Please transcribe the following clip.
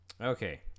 Okay